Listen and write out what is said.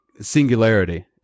singularity